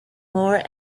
more